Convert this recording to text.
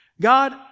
God